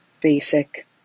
basic